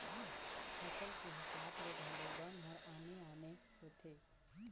फसल के हिसाब ले घलो बन हर आने आने होथे